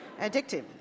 addictive